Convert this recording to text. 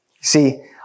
See